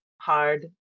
hard